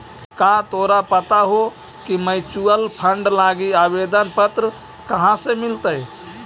का तोरा पता हो की म्यूचूअल फंड लागी आवेदन पत्र कहाँ से मिलतई?